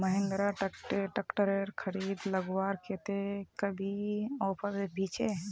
Mahindra tractor खरीद लगवार केते अभी कोई ऑफर भी छे?